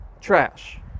trash